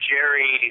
Jerry